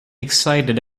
excited